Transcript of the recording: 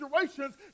situations